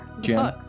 Jim